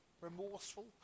remorseful